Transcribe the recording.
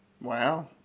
Wow